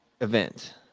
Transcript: event